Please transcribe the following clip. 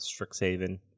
Strixhaven